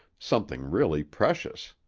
something really precious.